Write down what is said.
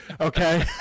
okay